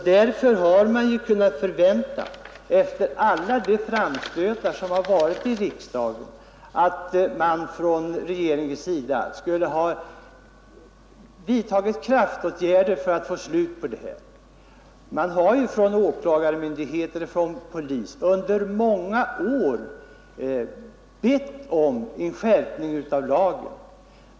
Därför hade man kunnat förvänta, efter alla de framstötar som har gjorts i riksdagen, att regeringen skulle ha vidtagit kraftåtgärder för att få slut på det här spelet. Åklagarmyndigheter och polis har ju under många år bett om en skärpning av lagen.